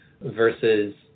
versus